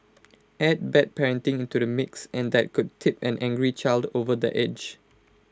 add bad parenting into the mix and that could tip an angry child over the edge